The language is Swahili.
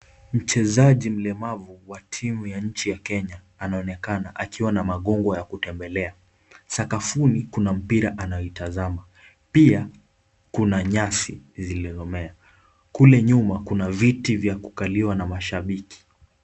Mchezaji mlemavu wa timu ya nchi ya Kenya anaonekana akiwa na magongo ya kutembelea. Salafuni kuna mpira anayoitazama. Pia kuna nyasi zilizomea. Kule nyuma kuna viti za kukaliwa na mashabiki.